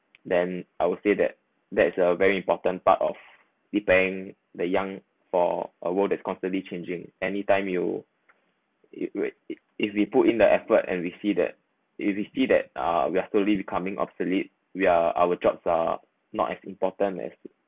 then I will say that's a very important part of the paying the young for a world that's constantly changing anytime you you if we put in the effort and we see the if we will see that uh we are slowly becoming obsolete we are our jobs are not as important as